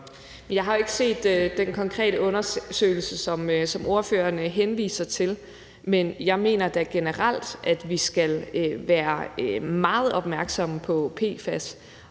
Jeg har ikke set den konkrete undersøgelse, som ordføreren henviser til, men jeg mener da generelt, at vi skal være meget opmærksomme på PFAS.